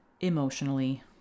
emotionally